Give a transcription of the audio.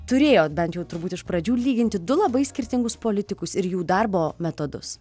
turėjot bent jau turbūt iš pradžių lyginti du labai skirtingus politikus ir jų darbo metodus